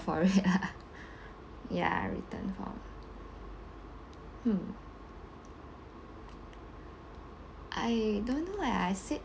for it ya written form hmm I don't know like I said